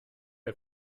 dir